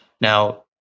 Now